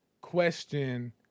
question